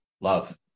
love